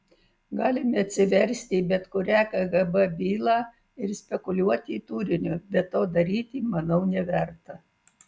galime atsiversti bet kurią kgb bylą ir spekuliuoti turiniu bet to daryti manau neverta